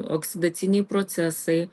oksidaciniai procesai